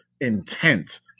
intent